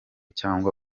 cyangwa